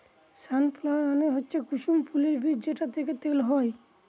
সান flower মানে হচ্ছে কুসুম ফুলের বীজ যেটা থেকে তেল হয়